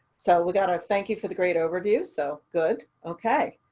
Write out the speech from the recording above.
so we got our thank you for the great overview. so good. okay.